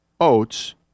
oats